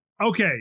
Okay